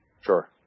Sure